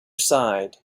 side